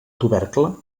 tubercle